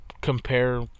compare